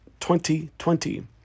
2020